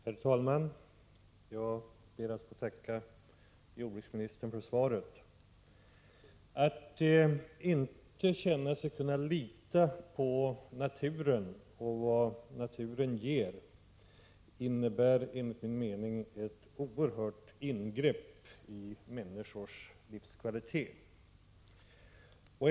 Herr talman! Jag ber att få tacka jordbruksministern för svaret. När människor inte känner sig kunna lita på naturen och vad naturen ger har deras livskvalitet enligt min mening utsatts för ett oerhört ingrepp.